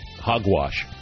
hogwash